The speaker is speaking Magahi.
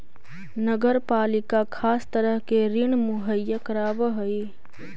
नगर पालिका खास तरह के ऋण मुहैया करावऽ हई